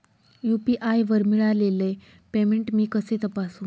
UPI वर मिळालेले payment मी कसे तपासू?